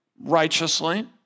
righteously